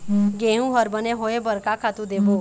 गेहूं हर बने होय बर का खातू देबो?